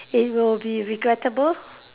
it will be regrettable